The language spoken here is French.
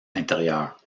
intérieur